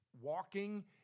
walking